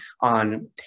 on